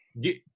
Get